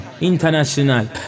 international